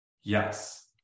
Yes